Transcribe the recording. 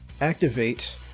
activate